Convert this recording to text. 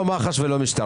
אנחנו לא מח"ש ולא משטרה.